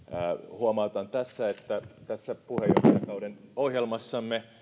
huomautan tässä että puheenjohtajakauden ohjelmassamme